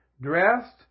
dressed